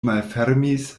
malfermis